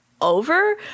over